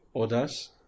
others